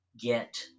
get